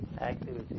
activity